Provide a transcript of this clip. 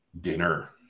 dinner